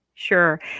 Sure